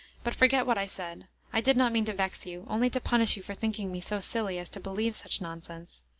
but forget what i said, i did not mean to vex you, only to punish you for thinking me so silly as to believe such nonsense.